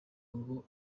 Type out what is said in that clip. ngo